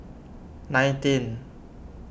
nineteenth